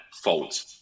fault